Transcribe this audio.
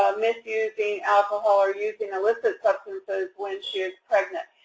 um misusing alcohol or using illicit substances when she is pregnant.